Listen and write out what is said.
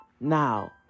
Now